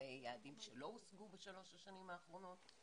לגבי יעדים שלא הושגו בשלוש השנים האחרונות.